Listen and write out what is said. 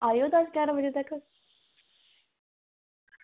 आएओ तुस जारां बजे तक